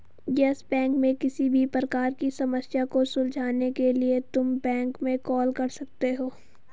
yes bank में किसी भी प्रकार की समस्या को सुलझाने के लिए तुम बैंक में कॉल कर सकते हो